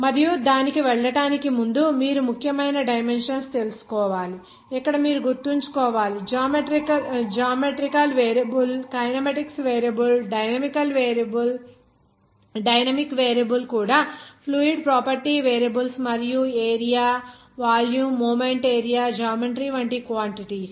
మరియు దానికి వెళ్లడానికి ముందు మీరు ముఖ్యమైన డైమెన్షన్స్ తెలుసుకోవాలి ఇక్కడ మీరు గుర్తుంచుకోవాలి geometrical variable kinematics variable dynamic variable కూడా ఫ్లూయిడ్ ప్రాపర్టీ వేరియబుల్స్ మరియు area volume moment area geometry వంటి క్వాంటిటీస్